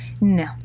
no